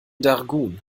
dargun